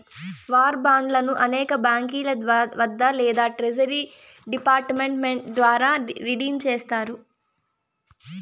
war బాండ్లను అనేక బాంకీల వద్ద లేదా ట్రెజరీ డిపార్ట్ మెంట్ ద్వారా రిడీమ్ చేస్తారు